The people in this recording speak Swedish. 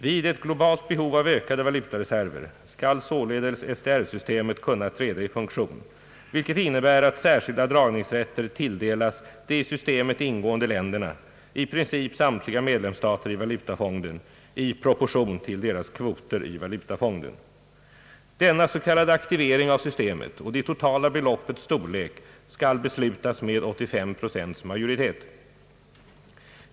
Vid ett globalt behov av ökade valutareserver skall således SDR-systemet kunna träda i funktion, vilket innebär att särskilda dragningsrätter tilldelas de i systemet ingående länderna, i princip samtliga medlemsstater i valutafonden, i proportion till deras kvoter i valutafonden. Denna s.k. aktivering av systemet och det totala beloppets storlek skall beslutas med 85 procents majoritet.